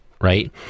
Right